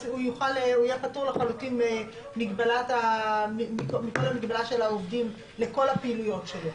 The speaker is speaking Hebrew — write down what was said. אז הוא יהיה פטור לחלוטין ממגבלת העובדים לכל הפעילויות שלו.